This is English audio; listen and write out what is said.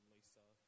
Lisa